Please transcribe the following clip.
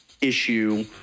issue